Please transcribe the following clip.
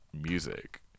music